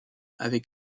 avec